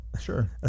sure